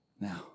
Now